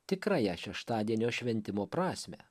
tikrąją šeštadienio šventimo prasmę